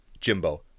Jimbo